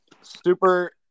Super